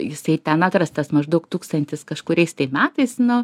jisai ten atrastas maždaug tūkstantis kažkuriais metais nu